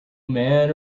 man